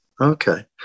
Okay